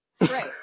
Right